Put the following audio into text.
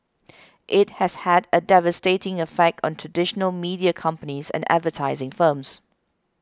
it has had a devastating effect on traditional media companies and advertising firms